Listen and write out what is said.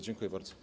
Dziękuję bardzo.